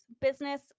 business